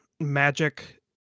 Magic